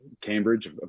Cambridge